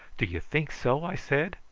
do you think so? i said.